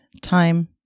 time